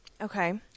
Okay